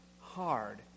hard